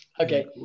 Okay